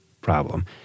problem